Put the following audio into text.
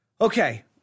Okay